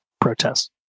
protests